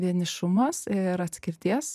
vienišumas ir atskirties